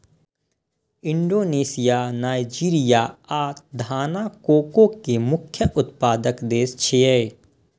Indonesia, Nigeria आ Ghana cocoa के मुख्य उत्पादक देश छियै